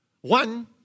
One